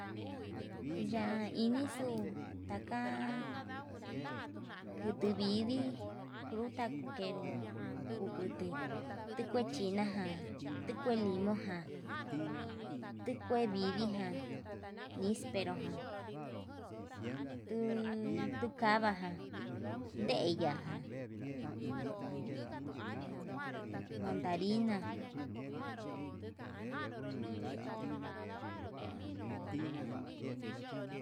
Ya'á inixu taka nrute vidii fruta kukeru, kutu tukua china ján tu kue lima ján tukue vidii ján, mispero ján nduu tukavaján ndeya ján mandarina.